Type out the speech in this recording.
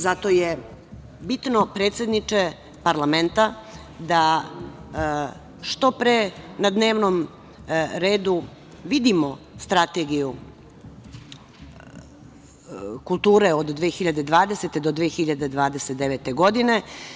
Zato je bitno, predsedniče parlamenta, da što pre na dnevnom redu vidimo Strategiju kulture od 2020. do 2029. godine.